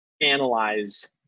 analyze